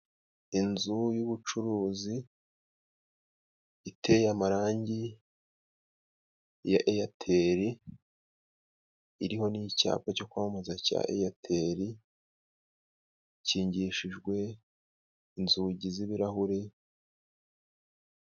Inzu y'ubucuruzi iteye amarangi ya Eyateli ,iriho n'icyapa cyo kwamamaza cya Eyateli ,icyingishijwe inzugi z'ibirahuri...